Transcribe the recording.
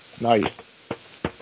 Nice